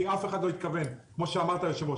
כי אף אחד לא התכוון כמו שאמרת היושב-ראש